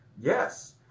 Yes